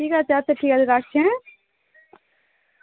ঠিক আছে আচ্ছা ঠিক আছে রাখছি হ্যাঁ